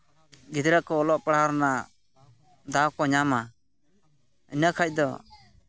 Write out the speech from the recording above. ᱜᱤᱫᱽᱨᱟᱹ ᱠᱚ ᱚᱞᱚᱜ ᱯᱟᱲᱦᱟᱣ ᱨᱮᱱᱟᱜ ᱫᱟᱣ ᱠᱚ ᱧᱟᱢᱟ ᱤᱱᱟᱹ ᱠᱷᱟᱡ ᱫᱚ